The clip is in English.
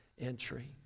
entry